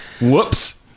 Whoops